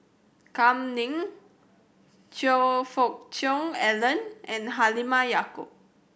Kam Ning Choe Fook Cheong Alan and Halimah Yacob